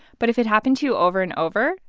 but if it happened to you over and over,